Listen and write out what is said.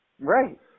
right